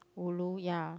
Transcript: ulu ya